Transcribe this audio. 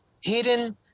hidden